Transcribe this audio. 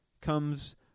comes